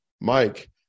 Mike